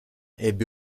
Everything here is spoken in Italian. ebbe